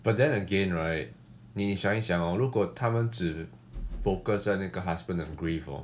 but then again right 你想一想 hor 如果他们只 focus 在那个 husband 的 grief hor